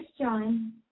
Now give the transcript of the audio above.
John